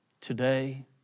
today